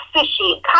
fishy